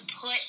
put